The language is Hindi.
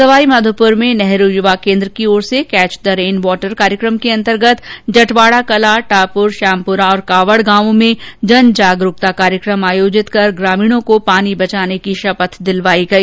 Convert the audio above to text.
सवाईमाघोपुर में नेहरू युवा केद्र की ओर से कैच द रेन वाटर कार्यक्रम के अंतर्गत जटवाड़ा कला टापुर श्यामपुरा और कावड़ गांवों में जन जागरूकता कार्यक्रम आयोजित किए गए साथ ही ग्रामीणों को पानी बचाने की शपथ दिलवाई गई